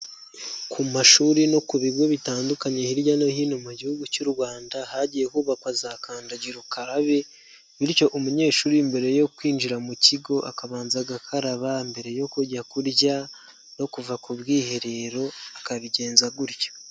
Ku mashuri no ku bigo bitandukanye hirya no hino mu gihugu cy'u Rwanda hagiye hubakwa za kandagira ukarabe bityo umunyeshuri mbere yo kwinjira mu kigo akabanza agakaraba mbere yo kujya kurya no kuva ku bwiherero akabigenza gutyo.